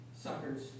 suckers